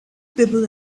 people